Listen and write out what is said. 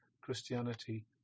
Christianity